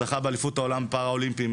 זכה באליפות עולם פרה-אולימפי,